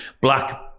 black